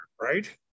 right